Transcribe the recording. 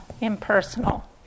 impersonal